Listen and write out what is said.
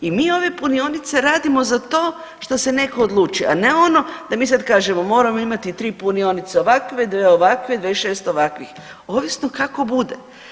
I mi ove punionice radimo za to što se netko odlučio, a ne ono da mi sad kažemo moramo imati tri punionice ovakve, dve ovakve, 26 ovakvih, ovisno kako bude.